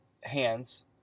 hands